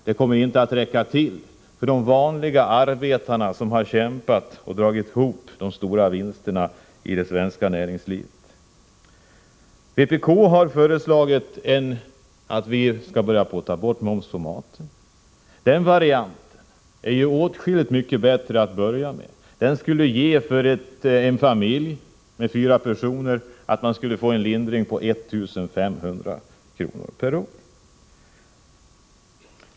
Det kommer inte att räcka till för de vanliga arbetarna, som har kämpat och dragit ihop de stora vinsterna i det svenska näringslivet. Vpk har föreslagit att vi skall börja med att ta bort momsen på maten. Det är åtskilligt mycket bättre att börja med den varianten. Den skulle för en familj på fyra personer innebära en lindring på 1 500 kr. per år.